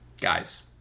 Guys